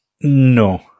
No